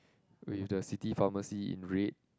with the city pharmacy in red